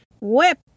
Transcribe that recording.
whip